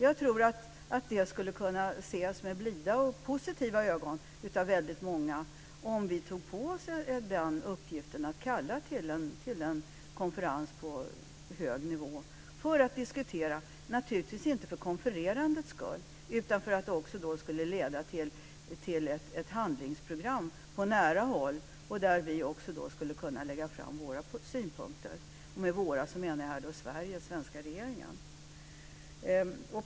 Jag tror att det skulle kunna ses med blida och positiva ögon av väldigt många om vi tog på oss uppgiften att kalla till en konferens på hög nivå, naturligtvis inte för konfererandets skull utan för att diskutera och för att det skulle leda till ett handlingsprogram på nära håll och där vi också skulle kunna lägga fram våra synpunkter. Och med våra synpunkter så menar jag Sveriges och den svenska regeringens synpunkter.